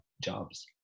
jobs